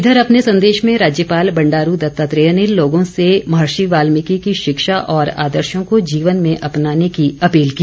इधर अपने संदेश में राज्यपाल बंडारू दत्तात्रेय ने लोगों से महर्षि वाल्मीकि की शिक्षा और आदर्शो को जीवन में अपनाने की अपील की